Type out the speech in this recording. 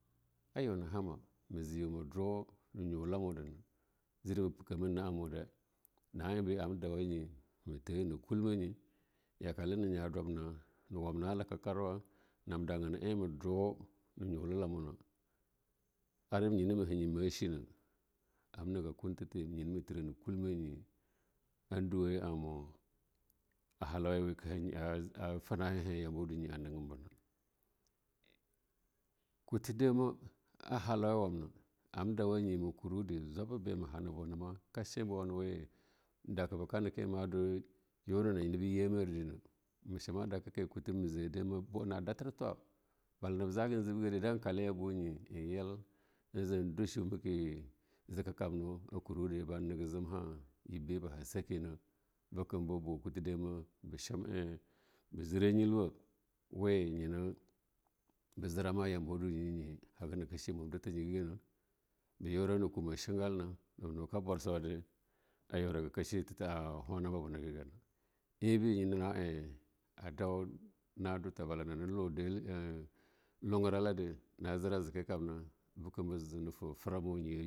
A yohnahama me je yu ma dula ne nyulamu de na jire ma peka me nah amude na eba amdawa nye me the na kulmanye yakale na nya dwamna yaka le na nya dulamna na wamna hakarkarwa na danga na eh ma dwa na nyu la hamuna, ar nyana ma anyenya ma china, am nega kurfa the nane ma hanye ma china, yina am niga kunthathe ma there ni kuuma nyi ne there ne kulmanye a halauya wama hanye na afina he yambawa dunyi anegab bena. Kuthe dema ahakauya wa ma jwaiba be ma hana buna ma, ka che hana buna ma ka che buwane de we daka bekane ma dwe yur ana nyina bi yimare ne, ma chima dakake ne ma chama dakake ma kuta dame mana bu, adafir twa bala nabe jagan jibgare dan kalaye banye ma inyel, en jin dwa chelka kamnane chime ke jeka kamna we ina, jo ban nega jamha yebe ba hasake ne ba chande bekam bu yiba be ba ha sekene bajira nyilwa we nena be jira nyilwa we yina ba jira ma yambawa dunyi nyi haga na she mabdir ta nyegane. Ba yora ne kuma chelga la naba nuh ka bwarsau de a yora ka chin tanan wa ko huna ma buna gana ebe nyana na eh bala nanike hunguralade na jira zikeya kamna bekam na je ni jina ta framanye.